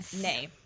Nay